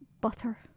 butter